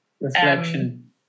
reflection